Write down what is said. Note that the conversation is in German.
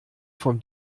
vom